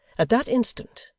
at that instant,